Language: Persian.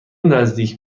نزدیک